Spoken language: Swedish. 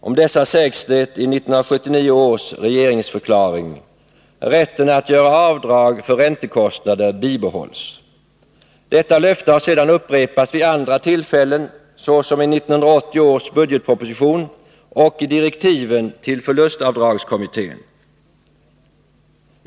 Om dessa sägs det i 1979 års regeringsförklaring: ”Rätten att göra avdrag för räntekostnader bibehålles.” Detta löfte har sedan upprepats vid andra tillfällen, såsom i 1980 års budgetproposition och i direktiven till förlustavdragskommittén.